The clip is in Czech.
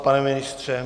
Pane ministře?